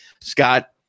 Scott